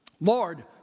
Lord